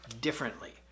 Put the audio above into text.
differently